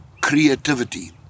creativity